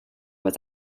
was